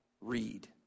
read